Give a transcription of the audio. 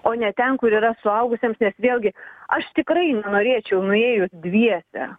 o ne ten kur yra suaugusiems nes vėlgi aš tikrai nenorėčiau nuėjus dviese